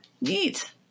Neat